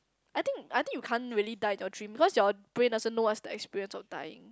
I think I think you can't really die in your dream because your brain also knows what's the experience of dying